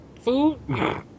food